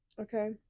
okay